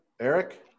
Eric